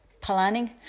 planning